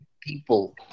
people